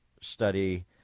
study